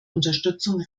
unterstützung